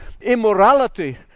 Immorality